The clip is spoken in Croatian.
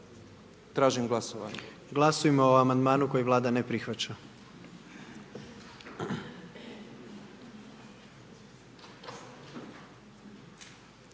Gordan (HDZ)** Glasujmo o amandmanu koji Vlada ne prihvaća.